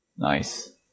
nice